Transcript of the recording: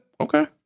Okay